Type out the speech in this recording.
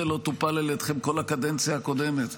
לא טופל על ידיכם כל הקדנציה הקודמת?